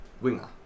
winger